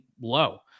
low